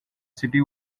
city